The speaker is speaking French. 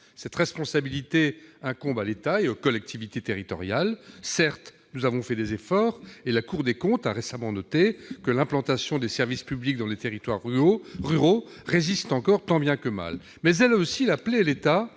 Cette responsabilité incombe à l'État et aux collectivités territoriales. Certes, nous avons fait des efforts, et la Cour des comptes a récemment noté que l'implantation des services publics dans les territoires ruraux résiste encore tant bien que mal, mais elle a aussi appelé l'État